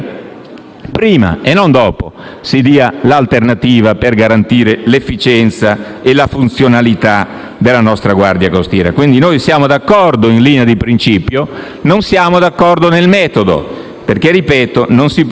prima e non dopo, si desse l'alternativa per garantire l'efficienza e la funzionalità della nostra Guardia costiera. Quindi noi siamo d'accordo in linea di principio, ma non siamo d'accordo nel metodo, perché, ripeto, non si può